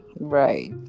Right